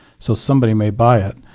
so somebody may buy it,